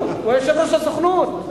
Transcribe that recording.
יושב-ראש הסוכנות.